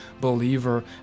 believer